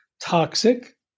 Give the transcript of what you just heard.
toxic